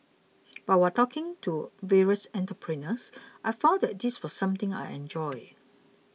but while talking to various entrepreneurs I found that this was something I enjoyed